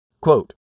Quote